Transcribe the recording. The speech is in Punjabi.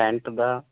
tent the